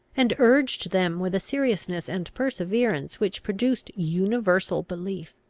and urged them with a seriousness and perseverance which produced universal belief?